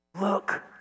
Look